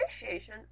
appreciation